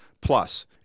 plus